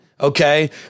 okay